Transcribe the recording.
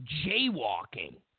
jaywalking